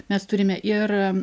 mes turime ir